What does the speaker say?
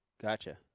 Gotcha